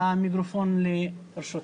המיקרופון לרשותך.